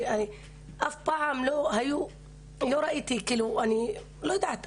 אף פעם לא ראיתי --- לא יודעת,